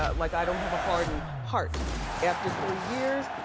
ah like i don't have a hardened heart after three years,